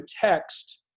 text